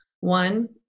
one